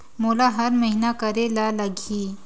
मोला हर महीना करे ल लगही?